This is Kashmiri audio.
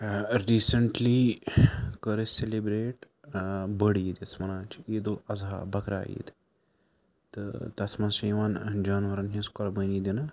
ریٖسنٹلی کٔر اَسۍ سیٚلِبریٹ بٔڑ عیٖد یۄس وَنان چھِ عیٖد الاضحیٰ بکرا عیٖد تہٕ تَتھ منٛز چھِ یِوان جانوَرَن ہِنٛز قۄربٲنی دِنہٕ